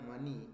money